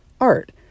art